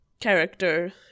character